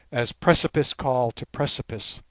as precipice called to precipice.